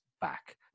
back